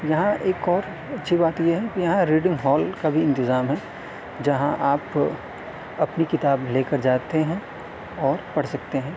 یہاں ایک اور اچھی بات یہ ہے کہ یہاں ریڈنگ ہال کا بھی انتظام ہے جہاں آپ اپنی کتاب لے کر جاتے ہیں اور پڑھ سکتے ہیں